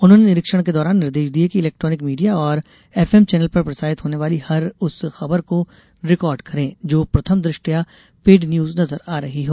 उन्होंने निरीक्षण के दौरान निर्देश दिए कि इलेक्ट्रॉनिक मीडिया और एफएम चैनल पर प्रसारित होने वाली हर उस खबर को रिकॉर्ड करें जो प्रथम दृष्टया पेड न्यूज नज़र आ रही हो